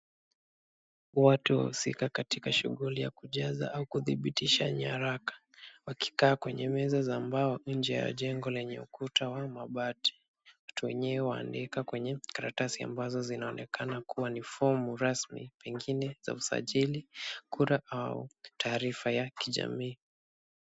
Watu wahusika katika shughuli ya kujaza au kuthibitisha nyaraka wakikaa kwenye meza za mbao nje ya jengo wenye ukuta wa mabati. Watu wenyewe wanaandika kwenye karatasi ambazo zinaonekana kuwa ni fomu rasmi pengine za usajili, kura au taarifa ya kijamii.